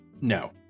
no